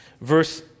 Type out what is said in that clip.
Verse